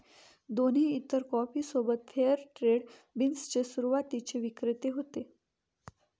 दोन्ही इतर कॉफी सोबत फेअर ट्रेड बीन्स चे सुरुवातीचे विक्रेते होते